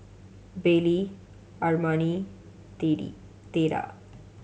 Baylie Armani Theda